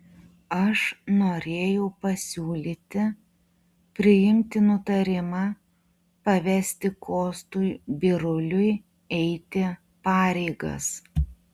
aš norėjau pasiūlyti priimti nutarimą pavesti kostui biruliui eiti pareigas